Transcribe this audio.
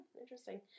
interesting